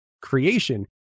creation